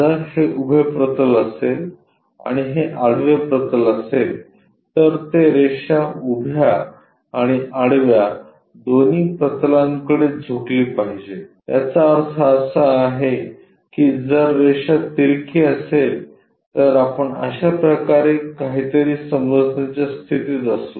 जर हे उभे प्रतल असेल आणि हे आडवे प्रतल असेल तर रेषा उभ्या आणि आडव्या दोन्ही प्रतलाकडे झुकली पाहिजे याचा अर्थ असा आहे की जर रेषा तिरकी असेल तर आपण अशा प्रकारे काहीतरी समजण्याच्या स्थितीत असू